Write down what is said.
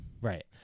Right